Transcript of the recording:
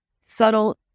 subtle